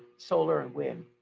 solar and wind.